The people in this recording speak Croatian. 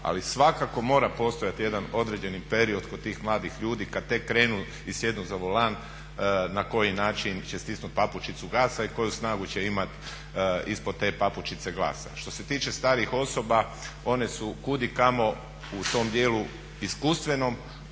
li svakako mora postojati jedan određeni period kod tih mladih ljudi kada tek krenu i sjednu za volan na koji način će stisnuti papučicu gasa i koju snagu će imati ispod te papučice gasa. Što se tiče starijih osoba, one su kudikamo u tom dijelu iskustvenom